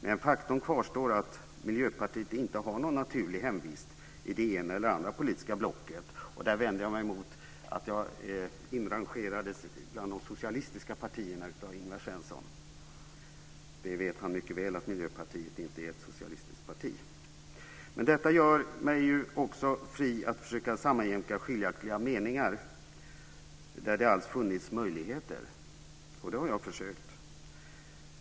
Men faktum kvarstår att Miljöpartiet inte har någon naturlig hemvist i det ena eller andra politiska blocket. Jag vänder mig emot att jag inrangerades bland de socialistiska partierna av Ingvar Svensson. Han vet mycket väl att Miljöpartiet inte är ett socialistiskt parti. Men detta gör mig också fri att försöka sammanjämka skiljaktiga meningar där det alls funnits möjligheter, och det har jag försökt.